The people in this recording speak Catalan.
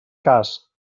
cas